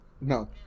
no